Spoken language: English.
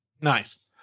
Nice